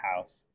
house